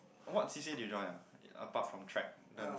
what C_C_A did you join ah apart from track